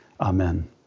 Amen